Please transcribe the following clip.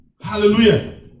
Hallelujah